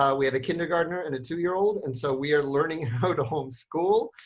ah we have a kindergartner and two year old and so we are learning how to homeschool.